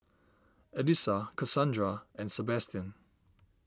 Elisa Kassandra and Sebastian